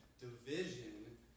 division